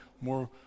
more